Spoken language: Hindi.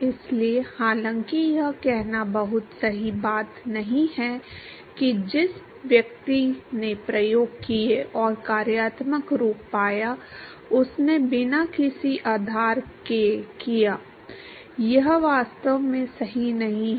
इसलिए हालांकि यह कहना बहुत सही बात नहीं है कि जिस व्यक्ति ने प्रयोग किए और कार्यात्मक रूप पाया उसने बिना किसी आधार के किया यह वास्तव में सही नहीं है